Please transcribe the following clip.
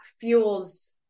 fuels